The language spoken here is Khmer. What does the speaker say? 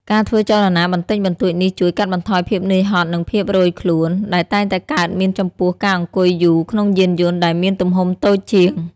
ការធ្វើចលនាបន្តិចបន្តួចនេះជួយ កាត់បន្ថយភាពនឿយហត់ និងភាពរោយខ្លួន ដែលតែងតែកើតមានចំពោះការអង្គុយយូរក្នុងយានយន្តដែលមានទំហំតូចជាង។